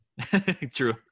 True